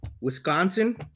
Wisconsin